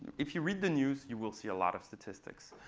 if you read the news, you will see a lot of statistics.